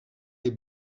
est